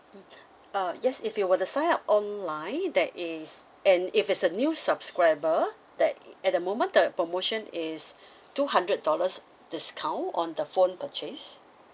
mm err yes if you were to sign up online there is and if it's a new subscriber that at the moment the promotion is two hundred dollars discount on the phone purchase